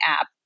app